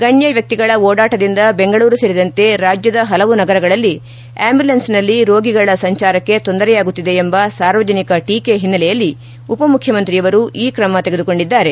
ಗಣ್ಣವಕ್ಷಿಗಳ ಓಡಾಟದಿಂದ ಬೆಂಗಳೂರು ಸೇರಿದಂತೆ ರಾಜ್ಯದ ಹಲವು ನಗರಗಳಲ್ಲಿ ಆಂಬ್ಲುಲೆನ್ಸ್ನಲ್ಲಿ ರೋಗಿಗಳ ಸಂಚಾರಕ್ಕೆ ತೊಂದರೆಯಾಗುತ್ತಿದೆ ಎಂಬ ಸಾರ್ವಜನಿಕ ಟೀಕೆ ಹಿನ್ನೆಲೆಯಲ್ಲಿ ಉಪಮುಖ್ಯಮಂತ್ರಿಯವರು ಈ ತ್ರಮ ತೆಗೆದುಕೊಂಡಿದ್ದಾರೆ